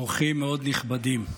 אורחים מאוד נכבדים,